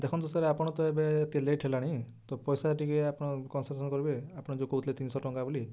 ଦେଖନ୍ତୁ ସାର୍ ଆପଣ ତ ଏବେ ଏତେ ଲେଟ୍ ହେଲାଣି ତ ପଇସା ଟିକେ ଆପଣ କନସେସନ୍ କରିବେ ଆପଣ ଯେଉଁ କହୁଥିଲେ ତିନିଶହ ଟଙ୍କା ବୋଲି